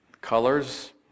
colors